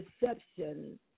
deception